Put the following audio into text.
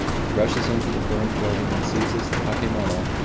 he rushes into the burning building and seizes the kakemono,